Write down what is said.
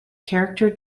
character